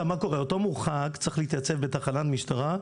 אותו מורחק צריך להתייצב בתחנת משטרה,